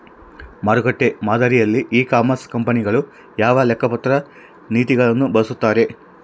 ಮಾರುಕಟ್ಟೆ ಮಾದರಿಯಲ್ಲಿ e commerce ಕಂಪನಿಗಳು ಯಾವ ಲೆಕ್ಕಪತ್ರ ನೇತಿಗಳನ್ನು ಬಳಸುತ್ತಾರೆ?